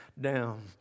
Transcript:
down